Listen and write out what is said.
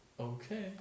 Okay